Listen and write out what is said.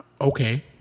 Okay